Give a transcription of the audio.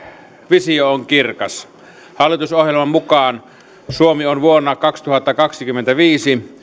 visio on kirkas hallitusohjelman mukaan suomi on vuonna kaksituhattakaksikymmentäviisi